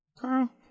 Carl